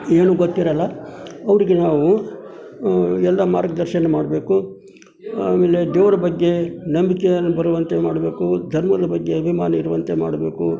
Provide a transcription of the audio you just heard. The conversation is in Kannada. ಏನೂ ಗೊತ್ತಿರೋಲ್ಲ ಅವರಿಗೆ ನಾವು ಎಲ್ಲ ಮಾರ್ಗದರ್ಶನ ಮಾಡಬೇಕು ಆಮೇಲೆ ದೇವ್ರ ಬಗ್ಗೆ ನಂಬಿಕೆ ಬರುವಂತೆ ಮಾಡಬೇಕು ಧರ್ಮದ ಬಗ್ಗೆ ಅಭಿಮಾನ ಇರುವಂತೆ ಮಾಡಬೇಕು